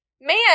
man